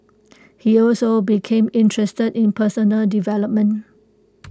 he also became interested in personal development